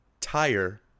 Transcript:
tire